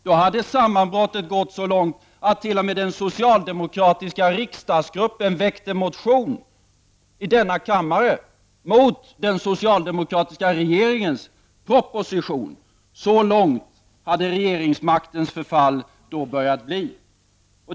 Då hade sammanbrottet gått så långt att t.o.m. den socialdemokratiska riksdagsgruppen väckte motion i denna kammare mot den socialdemokratiska regeringens proposition. Så långt hade regeringsmaktens förfall då gått.